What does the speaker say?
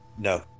No